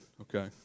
okay